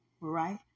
right